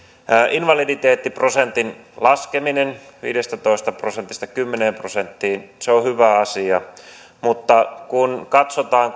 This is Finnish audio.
invaliditeettiprosentin laskeminen viidestätoista prosentista kymmeneen prosenttiin on hyvä asia mutta kun katsotaan